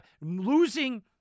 losing